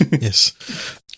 Yes